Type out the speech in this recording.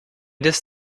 this